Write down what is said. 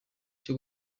cyo